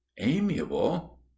amiable